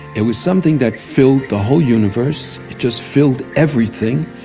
it was something that filled the whole universe, it just filled everything.